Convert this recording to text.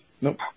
Nope